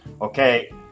okay